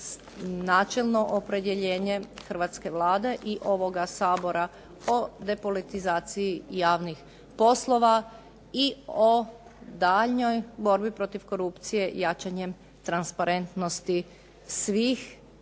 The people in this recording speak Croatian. načelno opredjeljenje hrvatske Vlade i ovoga Sabora o depolitizaciji javnih poslova i o daljnjoj borbi protiv korupcije jačanjem transparentnosti svih